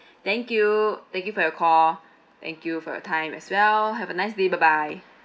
thank you for your call thank you for your time as well have a nice day bye bye